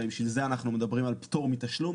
הרי בשביל זה אנחנו מדברים מפטור מתשלום,